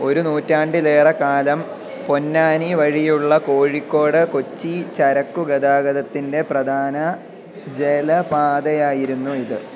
ഒരു നൂറ്റാണ്ടിലേറെക്കാലം പൊന്നാനി വഴിയുള്ള കോഴിക്കോട് കൊച്ചി ചരക്കുഗതാഗതത്തിൻറ്റെ പ്രധാന ജലപാതയായിരുന്നു ഇത്